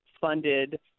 funded